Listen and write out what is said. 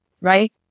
right